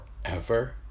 forever